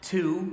Two